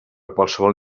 qualsevol